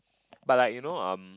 but like you know um